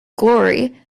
glory